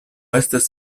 estas